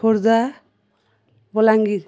Khordha Balangir